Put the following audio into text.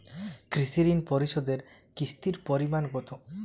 কৃষি ঋণ পরিশোধের কিস্তির পরিমাণ কতো?